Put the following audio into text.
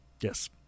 Yes